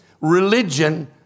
religion